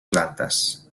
plantes